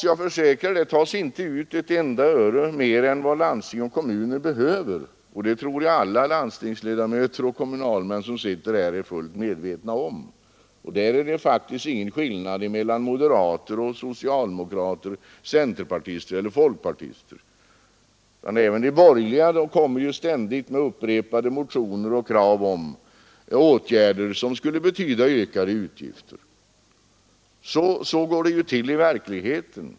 Jag försäkrar att det inte tas ut ett enda öre mer än vad landsting och kommuner behöver — det tror jag alla landstingsmän och kommunalmän som sitter här är fullt medvetna om. Härvidlag är det faktiskt ingen skillnad mellan moderater, socialdemokrater, centerpartister och folkpartister. Men även de borgerliga kommer ju ständigt med upprepade motioner och krav om åtgärder som skulle betyda ökade utgifter. Så går det till i verkligheten.